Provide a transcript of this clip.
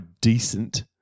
decent